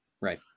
right